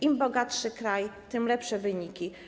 Im bogatszy kraj, tym lepsze wyniki.